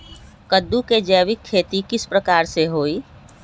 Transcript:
कददु के जैविक खेती किस प्रकार से होई?